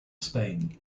spain